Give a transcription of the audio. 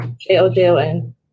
J-O-J-O-N